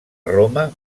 roma